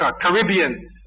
Caribbean